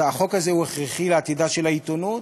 החוק הזה הוא הכרחי לעתידה של העיתונות